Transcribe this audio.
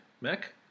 Mac